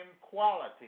quality